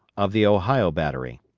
of the ohio battery.